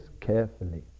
carefully